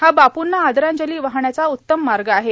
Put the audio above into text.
हा बापूंना आदरांजली वाहण्याचा उत्तम मार्ग आहे